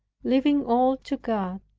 leaving all to god,